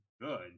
good